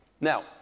Now